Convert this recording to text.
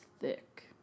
thick